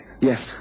Yes